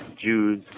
Jews